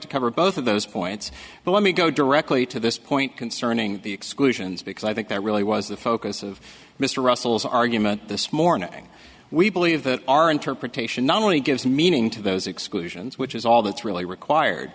to cover both of those points but let me go directly to this point concerning the exclusions because i think that really was the focus of mr russell's argument this morning we believe that our interpretation not only gives meaning to those exclusions which is all that's really required